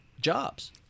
jobs